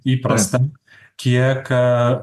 įprasta kiek